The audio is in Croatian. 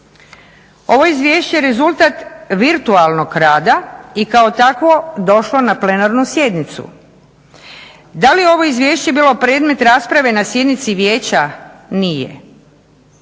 Ovo izvješće je rezultat virtualnog rada i kao takvo došlo je na plenarnu sjednicu. Da li je ovo izvješće bilo predmet rasprave na sjednici vijeća? Nije.